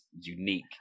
unique